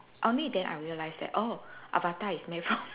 only then I realise that oh avatar is made from